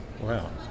Wow